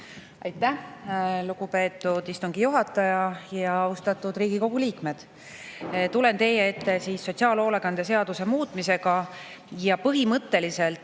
Aitäh, lugupeetud istungi juhataja! Austatud Riigikogu liikmed! Tulen teie ette sotsiaalhoolekande seaduse muutmisega. Põhimõtteliselt